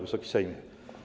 Wysoki Sejmie!